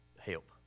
help